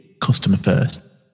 customer-first